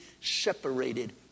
separated